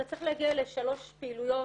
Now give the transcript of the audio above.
אתה צריך להגיע לשלוש פעילויות,